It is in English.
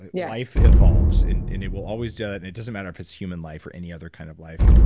yeah life evolves and and it will always do it and it doesn't matter if it's human life or any other kind of life.